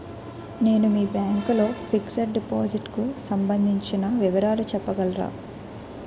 నేను మీ బ్యాంక్ లో ఫిక్సడ్ డెపోసిట్ కు సంబందించిన వివరాలు చెప్పగలరా?